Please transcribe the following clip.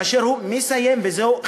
כאשר הוא מסיים וזהו,